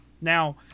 Now